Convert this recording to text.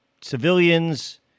civilians